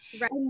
Right